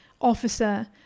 officer